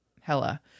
Hella